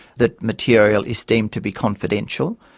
that material is deemed to be confidential.